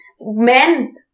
Men